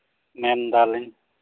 ᱢᱮᱱ ᱮᱫᱟᱞᱤᱧ